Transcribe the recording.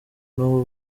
nabo